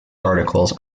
articles